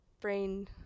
brain